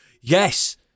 yes